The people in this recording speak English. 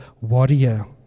warrior